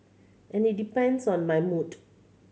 and it depends on my mood